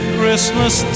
Christmas